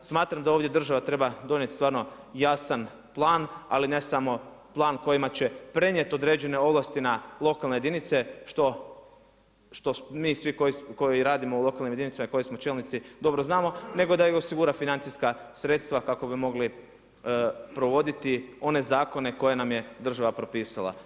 Smatram da ovdje država treba donijet stvarno jasan plan, ali ne samo plan kojima će prenijeti određene ovlasti na lokalne jedinice što mi svi koji radimo u lokalnim jedinicama i koji smo čelnici dobro znamo, nego da i osigura financijska sredstva kako bi mogli provoditi one zakone koje nam je država propisala.